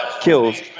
kills